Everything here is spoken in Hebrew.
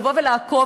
לבוא ולעקוב,